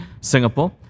Singapore